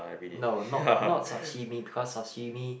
no not not sashimi because sashimi